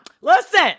Listen